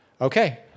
Okay